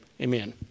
Amen